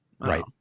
Right